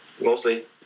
mostly